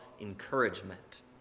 encouragement